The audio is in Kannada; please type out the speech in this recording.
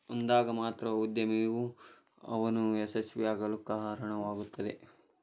ಅಂದಾಗ ಮಾತ್ರ ಉದ್ಯಮಿಯೂ ಅವನು ಯಶಸ್ವಿಯಾಗಲು ಕಾರಣವಾಗುತ್ತದೆ